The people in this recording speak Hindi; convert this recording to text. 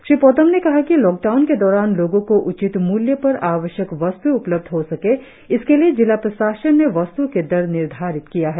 श्री पोतम ने कहा कि लॉकडाउन के दौरान लोगों को उचित मूल्य पर आवश्यक वस्तुएं उपलब्ध हो इसके लिए जिला प्रशासन ने वस्तुओं के दर निर्धारित किया है